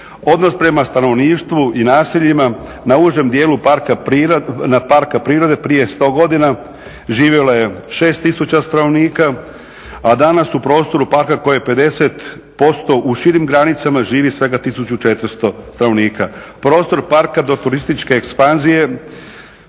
Odnos prema stanovništvu i naseljima na užem dijelu parka prirode prije 100 godina živjelo je 6 tisuća stanovnika, a danas u prostoru parka koji je 50% u širim zajednicama živi svega 1400 stanovnika.